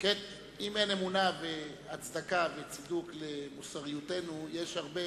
אם אין אמונה והצדקה וצידוק למוסריותנו, יש הרבה